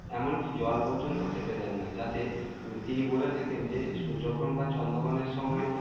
এমনকি জল পর্যন্ত খেতে দেন না যাতে তিনি বলে থাকেন যে সূর্যগ্রহণ বা চন্দ্রগ্রহণের সময়